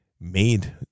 made